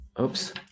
oops